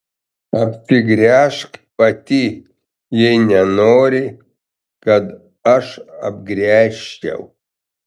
apsigręžk pati jei nenori kad aš apgręžčiau